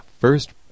first